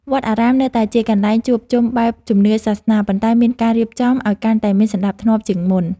វត្តអារាមនៅតែជាកន្លែងជួបជុំបែបជំនឿសាសនា ប៉ុន្តែមានការរៀបចំឱ្យកាន់តែមានសណ្ដាប់ធ្នាប់ជាងមុន។